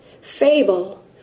fable